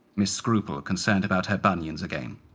miss scruple, concerned about her bunions again.